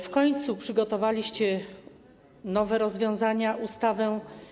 W końcu przygotowaliście nowe rozwiązanie, ustawę.